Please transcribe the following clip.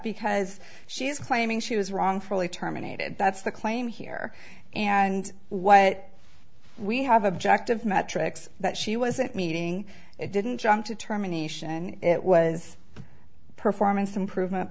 because she is claiming she was wrongfully terminated that's the claim here and what we have objective metrics that she wasn't meeting it didn't jump to terminations and it was a performance improvement